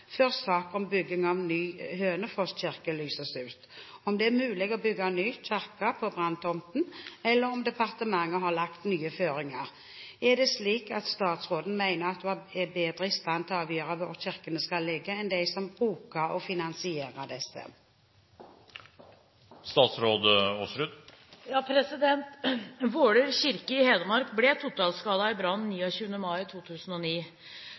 før sak om bygging av ny Hønefoss kirke lyses ut, om det er mulig å bygge ny kirke på branntomten, eller om departementet har lagt nye føringer. Er det slik at statsråden mener at hun er bedre i stand til å avgjøre hvor kirkene skal ligge enn de som bruker og finansierer disse?» Våler kirke i Hedmark ble totalskadet i brann 29. mai 2009.